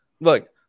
look